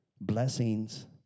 Blessings